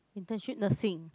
internship nursing